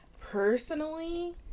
personally